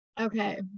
Okay